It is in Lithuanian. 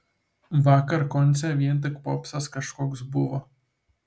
vakar konce vien tik popsas kažkoks buvo